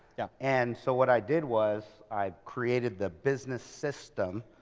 yeah and so what i did was i created the business system.